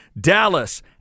Dallas